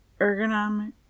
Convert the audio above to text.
Ergonomic